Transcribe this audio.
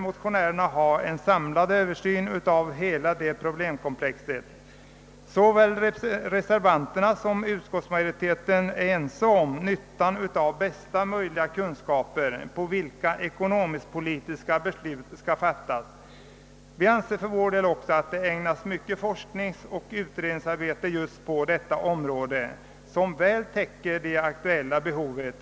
Motionärerna vill ha en samlad översyn av hela detta problemkomplex. Såväl reservanterna som utskottsmajoriteten är ense om nyttan av så omfattande kunskaper som möjligt när ekonomisk-politiska beslut skall fattas. På detta område bedrivs ett omfattande forskningsoch utredningsarbete som väl torde täcka det aktuella behovet.